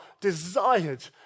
desired